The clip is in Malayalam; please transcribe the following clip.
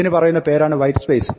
ഇതിന് പറയുന്ന പേരാണ് വൈറ്റ് സ്പേസ്